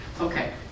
Okay